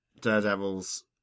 Daredevil's